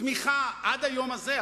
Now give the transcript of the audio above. תמיכה עד היום הזה,